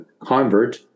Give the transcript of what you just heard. convert